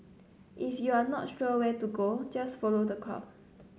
if you're not sure where to go just follow the crowd